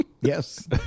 Yes